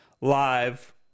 live